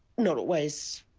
not always